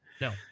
No